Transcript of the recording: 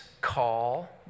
call